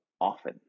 often